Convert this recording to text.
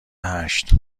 هشت